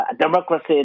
democracy